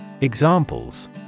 Examples